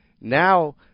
Now